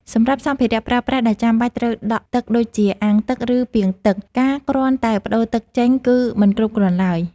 សម្រាប់សម្ភារៈប្រើប្រាស់ដែលចាំបាច់ត្រូវដក់ទឹកដូចជា អាងទឹក ឬពាងទឹក ការគ្រាន់តែប្តូរទឹកចេញគឺមិនគ្រប់គ្រាន់ឡើយ។